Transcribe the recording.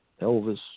Elvis